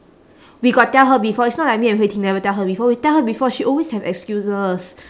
we got tell her before it's not like me and hui ting never tell her before we tell her before she always have excuses